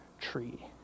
tree